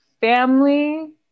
family